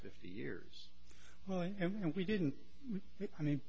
fifty years and we didn't i mean